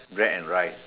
bread and rice